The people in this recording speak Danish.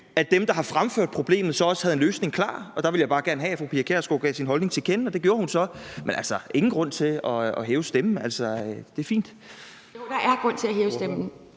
at dem, der havde fremført problemet, så også havde en løsning klar. Og der ville jeg bare gerne have, at fru Pia Kjærsgaard gav sin holdning til kende, og det gjorde hun så. Men altså, der er ingen grund til at hæve stemmen – det er fint. Kl. 09:39 Tredje næstformand